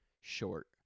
short